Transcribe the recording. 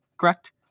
correct